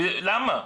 למה?